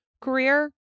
career